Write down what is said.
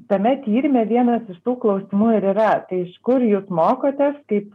tame tyrime vienas iš tų klausimų ir yra tai iš kur jūs mokotės kaip